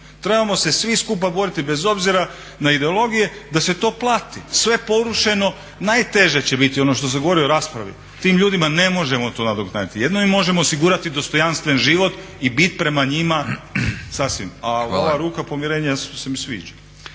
Trebamo se svi skupa boriti bez obzira na ideologije da se to plati, sve porušeno, najteže će biti ono što sam govorio u raspravi, tim ljudima ne možemo to nadoknaditi. Jedino im možemo osigurati dostojanstven život i biti prema njima sasvim a …/Govornik se ne